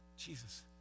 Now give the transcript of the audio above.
Jesus